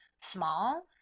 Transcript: small